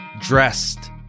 dressed